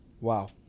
Wow